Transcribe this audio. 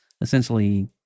essentially